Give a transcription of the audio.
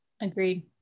Agreed